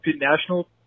national